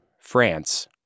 France